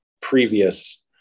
previous